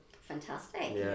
fantastic